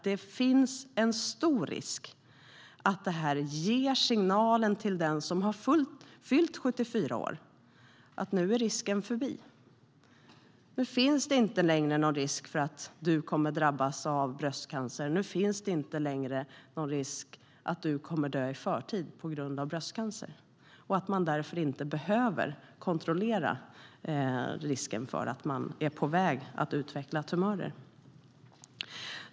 Det finns en stor risk att det ger signalen till den som har fyllt 74 år att nu är risken förbi, nu finns det inte längre någon risk för att man kommer att drabbas av bröstcancer och kommer att dö i förtid på grund av bröstcancer, och att man därför inte behöver kontrollera risken för att man är på väg att utveckla tumörer.